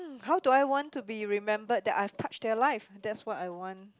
how do I want to be remembered that I've touched their life that's what I want